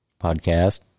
podcast